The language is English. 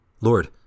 Lord